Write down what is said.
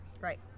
Right